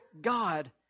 God